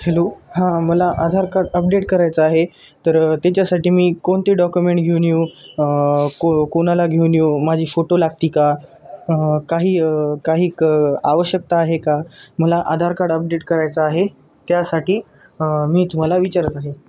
hello हां मला Aadhaar card update करायचं आहे तर त्याच्यासाठी मी कोणते डॉक्युमेंट घेऊन येऊ को कोणाला घेऊन येऊ माझी फोटो लागते का काही काही क आवश्यकता आहे का मला आधार कार्ड अपडेट करायचा आहे त्यासाठी मी तुम्हाला विचारत आहे